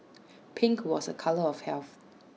pink was A colour of health